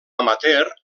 amateur